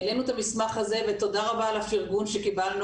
העלינו את המסמך הזה ותודה רבה על הפרגון שקיבלנו